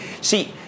See